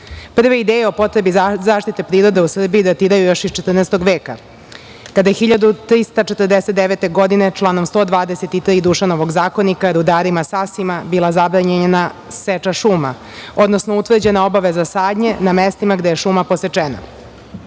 ideje o potrebi zaštite prirode u Srbiji datiraju još iz 14. veka, kada je 1349. godine, članom 123. Dušanovog zakonika rudarima sasima bila zabranjena seča šuma, odnosno utvrđena obaveza sadnje na mestima gde je šuma posečena. Republika